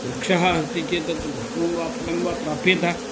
वृक्षः अस्ति चेत् तत्र पुष्पं वा फलं वा प्राप्येत